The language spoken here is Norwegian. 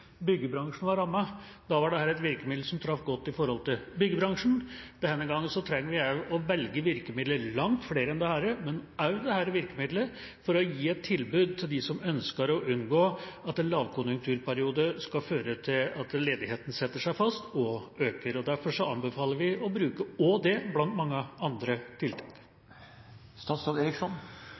byggebransjen var rammet. Da var dette et virkemiddel som traff godt. Denne gangen trenger vi også å velge virkemidler – langt flere enn dette, men også dette virkemidlet – for å gi et tilbud til dem som ønsker å unngå at en lavkonjunkturperiode skal føre til at ledigheten setter seg fast og øker. Derfor anbefaler vi å bruke også det, blant mange andre